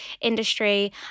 industry